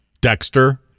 dexter